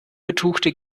betuchte